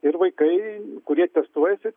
ir vaikai kurie atestuojasi